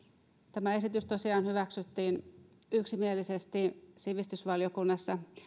tämä esitys tosiaan hyväksyttiin yksimielisesti sivistysvaliokunnassa